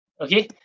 okay